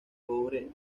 cobre